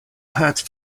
had